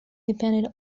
dependent